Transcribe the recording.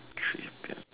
three can